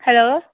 hello